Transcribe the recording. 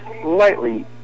slightly